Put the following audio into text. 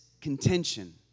contention